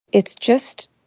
it's just,